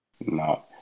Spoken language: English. No